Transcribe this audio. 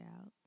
out